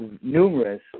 numerous